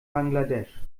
bangladesch